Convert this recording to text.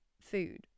food